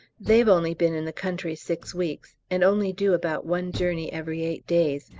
they've only been in the country six weeks, and only do about one journey every eight days,